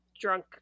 drunk